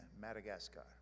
Madagascar